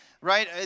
right